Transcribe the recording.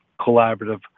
collaborative